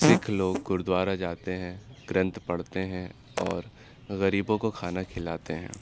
سکھ لوگ گروداوارا جاتے ہیں گرنتھ پڑھتے ہیں اور غریبوں کو کھانا کھلاتے ہیں